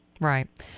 right